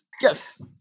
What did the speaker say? yes